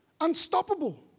unstoppable